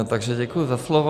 Takže děkuji za slovo.